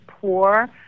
poor